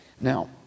Now